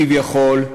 כביכול,